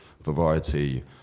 variety